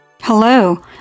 Hello